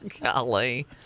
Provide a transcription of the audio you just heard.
Golly